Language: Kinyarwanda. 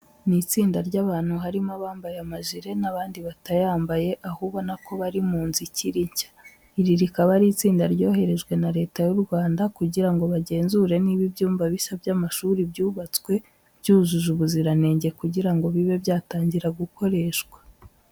Ni itsinda ry'abantu harimo abambaye amajire n'abandi batayambaye, aho ubona ko bari mu nzu ikiri nshya. Iri rikaba ari itsinda ryoherejwe na Leta y'u Rwanda kugira ngo bagenzure niba ibyumba bishya by'amashuri byubatswe byujuje ubuziranenge kugira ngo bibe byatangira gukoreshwa.